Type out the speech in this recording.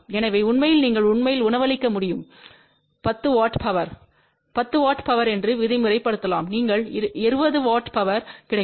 எனவே உண்மையில் நீங்கள் உண்மையில் உணவளிக்க முடியும் 10 W பவர் 10 W பவர் என்று விதிமுறைலலாம்நீங்கள் 20 W பவர் கிடைக்கும்